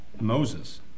Moses